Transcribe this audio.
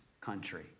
country